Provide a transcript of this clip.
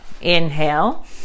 inhale